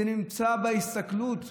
זה נמצא בהסתכלות,